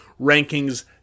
rankings